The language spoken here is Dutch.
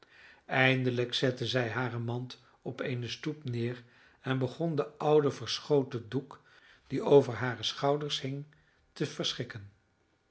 eindelijk zette zij hare mand op eene stoep neer en begon den ouden verschoten doek die over hare schouders hing te